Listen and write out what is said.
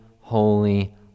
holy